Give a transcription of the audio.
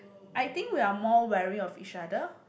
I think we are more wearying of each other